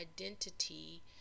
identity